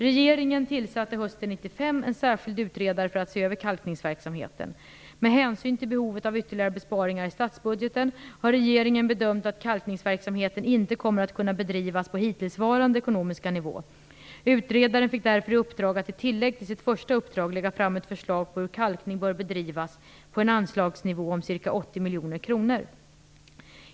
Regeringen tillsatte hösten 1995 en särskild utredare för att se över kalkningsverksamheten. Med hänsyn till behovet av ytterligare besparingar i statsbudgeten har regeringen bedömt att kalkningsverksamheten inte kommer att kunna bedrivas på hittillsvarande ekonomiska nivå. Utredaren fick därför i uppdrag att i tillägg till sitt första uppdrag lägga fram ett förslag på hur kalkning bör bedrivas på en anslagsnivå om ca 80 miljoner kronor.